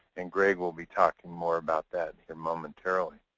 and gregg will be talking more about that momentarily.